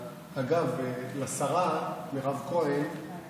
אחד, אגב, לשרה מירב כהן, אה,